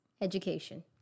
education